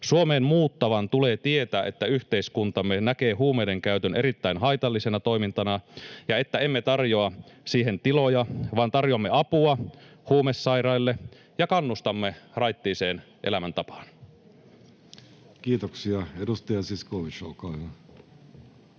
Suomeen muuttavan tulee tietää, että yhteiskuntamme näkee huumeidenkäytön erittäin haitallisena toimintana ja että emme tarjoa siihen tiloja, vaan tarjoamme apua huumesairaille ja kannustamme raittiiseen elämäntapaan. Kiitoksia. — Edustaja Zyskowicz, olkaa hyvä.